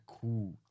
cool